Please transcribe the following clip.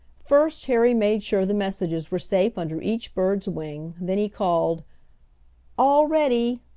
first harry made sure the messages were safe under each bird's wing, then he called all ready!